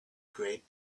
great